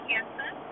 Kansas